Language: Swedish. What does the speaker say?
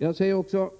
Jag säger som